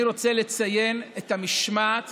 אני רוצה לציין את המשמעת